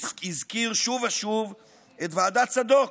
הזכיר שוב ושוב את ועדת צדוק,